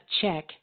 check